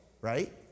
right